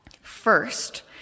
First